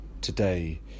today